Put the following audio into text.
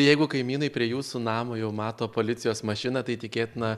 jeigu kaimynai prie jūsų namo jau mato policijos mašiną tai tikėtina